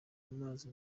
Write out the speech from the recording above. amazi